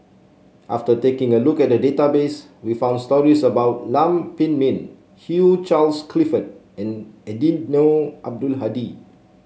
after taking a look at the database we found stories about Lam Pin Min Hugh Charles Clifford and Eddino Abdul Hadi